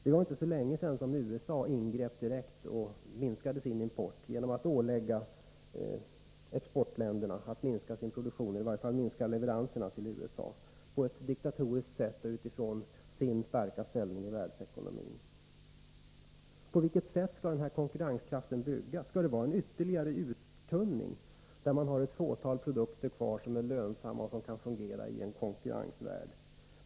Det var inte länge sedan USA direkt ingrep och minskade sin import — på ett diktatoriskt sätt, utifrån sin starka ställning i världsekonomin — genom att ålägga de stålexporterande länderna att minska sin produktion eller i varje fall minska leveranserna till USA. På vad skall konkurrenskraften bygga? Skall det vara en ytterligare uttunning, där man har ett fåtal produkter kvar som är lönsamma och som kan stå sig i världskonkurrensen?